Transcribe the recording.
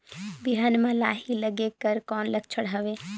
बिहान म लाही लगेक कर कौन लक्षण हवे?